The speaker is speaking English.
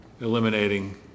eliminating